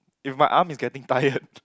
if my arm is getting tired